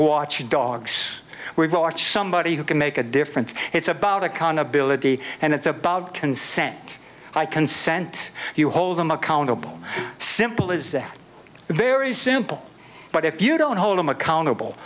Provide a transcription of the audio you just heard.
watchdogs were bought somebody who can make a difference it's about accountability and it's above consent i consent you hold them accountable simple as that very simple but if you don't hold them accountable